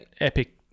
epic